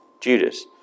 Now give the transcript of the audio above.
Judas